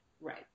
Right